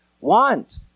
want